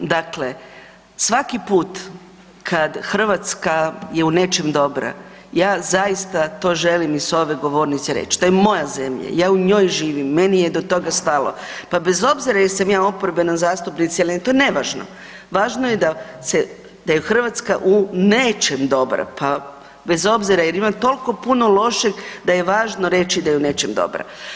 Dakle, svaki put kad Hrvatska je u nečem dobra, ja zaista to želim i s ove govornice reći, to je moja zemlja, ja u njoj živim, meni je do toga stalo pa bez obzira jel sam ja oporbena zastupnica ili ne, to je nevažno, važno je da je Hrvatska u nečem dobra pa bez obzira jer ima toliko puno lošeg da je važno reći da je u nečem dobra.